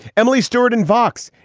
emily stewart and vocs.